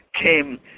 came